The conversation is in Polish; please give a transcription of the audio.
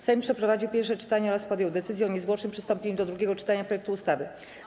Sejm przeprowadził pierwsze czytanie oraz podjął decyzję o niezwłocznym przystąpieniu do drugiego czytania projektu ustawy.